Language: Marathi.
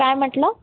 काय म्हटलं